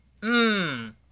mmm